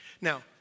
Now